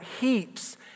heaps